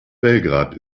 belgrad